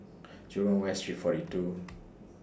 Jurong West Street forty two